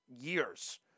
years